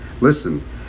listen